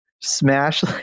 smash